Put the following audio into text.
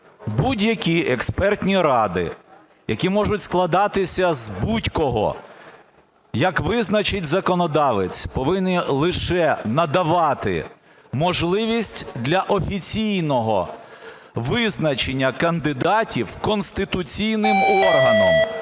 Будь-які експертні ради, які можуть складатися з будь-кого, як визначить законодавець, повинні лише надавати можливість для офіційного визначення кандидатів конституційним органом.